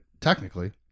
technically